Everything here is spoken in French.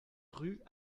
rue